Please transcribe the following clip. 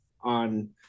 on